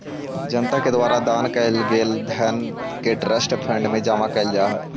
जनता के द्वारा दान कैल गेल धन के ट्रस्ट फंड में जमा कैल जा हई